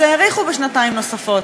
אז האריכו בשנתיים נוספות.